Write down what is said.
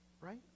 Right